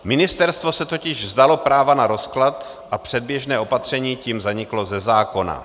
Ministerstvo se totiž vzdalo práva na rozklad a předběžné opatření tím zaniklo ze zákona.